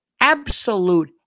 absolute